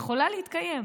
יכולה להתקיים.